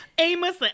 Amos